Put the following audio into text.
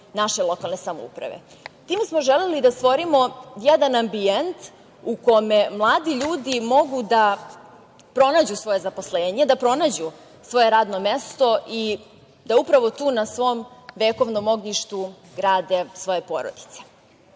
naše lokalne samouprave. Time smo želeli da stvorimo jedan ambijent u kome mladi ljudi mogu da pronađu svoje zaposlenje, da pronađu svoje radno mesto i da upravo tu na svom vekovnom ognjištu grade svoje porodice. Mi